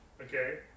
Okay